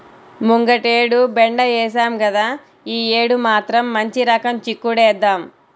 ముంగటేడు బెండ ఏశాం గదా, యీ యేడు మాత్రం మంచి రకం చిక్కుడేద్దాం